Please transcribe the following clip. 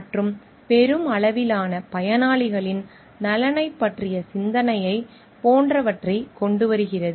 மற்றும் பெருமளவிலான பயனாளிகளின் நலனைப் பற்றிய சிந்தனையைப் போன்றவற்றைக் கொண்டுவருவது